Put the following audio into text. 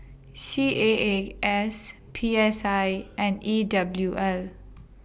C A A S P S I and E W L